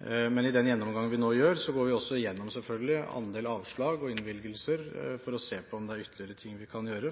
I den gjennomgangen vi nå gjør, går vi også igjennom, selvfølgelig, andel avslag og innvilgelser for å se på om det er ytterligere ting vi kan gjøre.